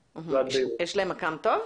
יש להם מכ"ם טוב?